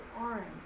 orange